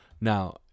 Now